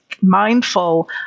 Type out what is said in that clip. mindful